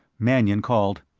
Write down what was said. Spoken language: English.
mannion called,